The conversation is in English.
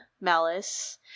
Malice